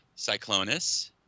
Cyclonus